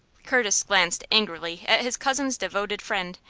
curtis glanced angrily at his cousin's devoted friend,